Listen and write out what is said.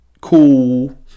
cool